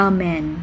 Amen